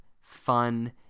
fun